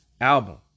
album